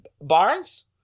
barnes